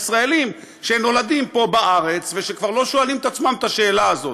ישראלים שנולדים פה בארץ וכבר לא שואלים את עצמם את השאלה הזאת.